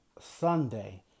Sunday